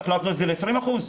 צריך לעשות את זה ב-20 אחוזים?